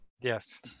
Yes